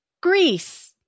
Greece